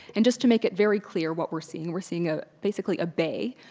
and just to make it very clear what we're seeing, we're seeing ah basically a bay.